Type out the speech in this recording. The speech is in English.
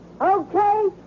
Okay